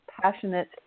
passionate